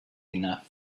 enough